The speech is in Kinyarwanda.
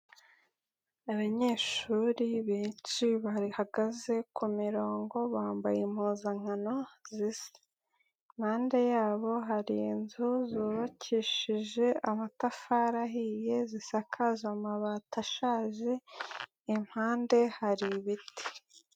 Abanyeshuri benshi bahagaze ku mirongo, bambaye impuzankano zisa. Impande yabo hari inzu zubakishije amatafari ahiye, zisakaje amabati ashaje, impande hari ibiti.